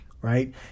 right